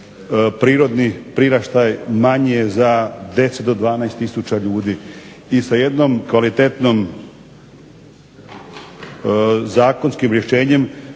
prirodni priraštaj manji je za 10 do 12 tisuća ljudi. I sa jednim kvalitetnim zakonskim rješenjem